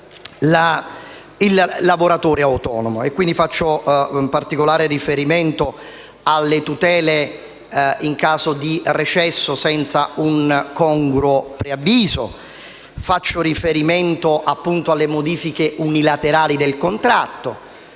il lavoratore autonomo. Faccio particolare riferimento alle tutele in caso di recesso senza un congruo preavviso e alle modifiche unilaterali del contratto.